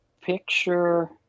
picture